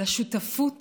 אלא שותפות